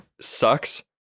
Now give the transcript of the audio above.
sucks